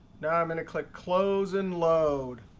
now i'm going to click close and load.